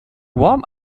warm